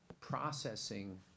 processing